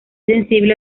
sensible